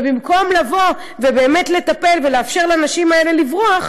ובמקום לבוא ובאמת לטפל ולאפשר לנשים האלה לברוח,